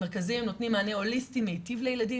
המרכזים נותנים מענה הוליסטי מיטיב לילדים